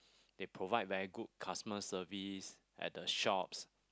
they provide very good customer service at the shops